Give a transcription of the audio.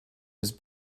was